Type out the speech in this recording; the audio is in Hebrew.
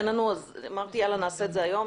אז אמרתי שיאללה נעשה את זה היום.